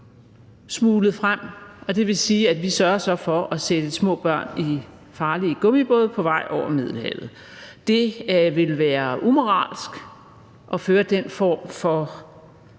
smuglet frem, og det vil sige, at vi så sørger for at sætte små børn i farlige gummibåde på vej over Middelhavet. Det ville være umoralsk at føre den form for